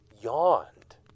yawned